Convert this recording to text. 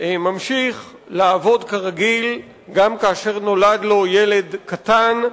ממשיך לעבוד כרגיל גם כאשר נולד לו ילד קטן,